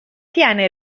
tiene